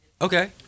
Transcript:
Okay